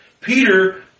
Peter